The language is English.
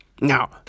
Now